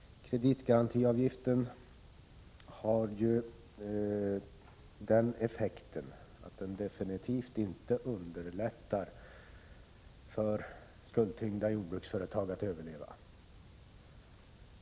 Kreditgarantiavgiften underlättar definitivt inte för skuldtyngda jordbruksföretag att överleva.